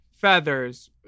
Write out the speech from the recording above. Feathers